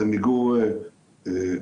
זה מיגור פשע,